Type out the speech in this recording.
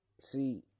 See